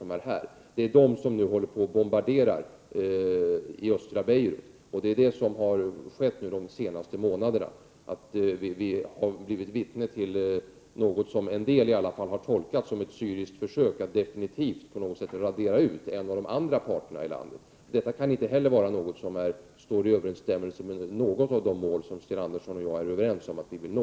Det är Syrien som nu bombarderat i östra Beirut. Under de senaste månaderna har vi blivit vittne till något som en del i alla fall tolkat som ett syriskt försök att definitivt radera ut en av de andra parterna ilandet. Detta kan inte vara något som står i överensstämmelse med något av de mål som Sten Andersson och jag är överens om att vi vill nå.